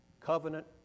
Covenant